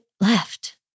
left